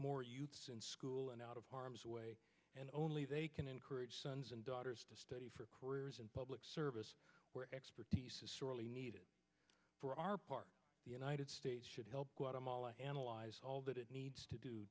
more youths in school and out of harms way and only they can encourage sons and daughters to study for careers in public service where expertise sorely needed for our part the united states should help guatemala analyze all that it needs to do